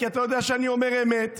כי אתה יודע שאני אומר אמת,